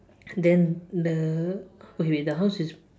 then the okay wait wait the house is